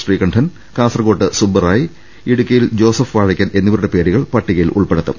ശ്രീകണ്ഠൻ കാസർകോട്ട് സുബ്ബറായ് ഇടുക്കി യിൽ ജോസഫ് വാഴക്കൻ എന്നിവരുടെ പേരുകൾ പട്ടികയിൽ ഉൾപ്പെ ടുത്തും